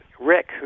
rick